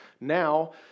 now